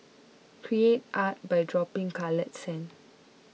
create art by dropping coloured sand